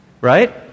Right